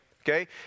Okay